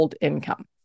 income